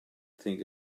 think